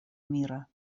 мира